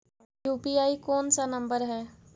UPI कोन सा number हैं?